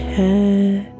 head